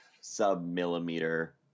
sub-millimeter